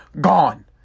gone